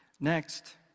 Next